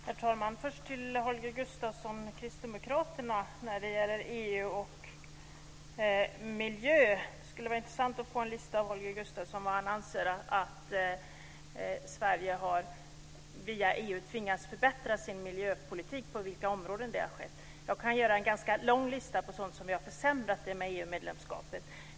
Herr talman! Först vänder jag mig till Holger Gustafsson och Kristdemokraterna. Det gäller EU och miljön. Det skulle vara intressant att få en lista över de områden där Holger Gustafsson anser att Sverige via EU har tvingats förbättra sin miljöpolitik. Jag kan göra en ganska lång lista över sådant som vi har försämrat i och med EU-medlemskapet.